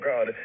God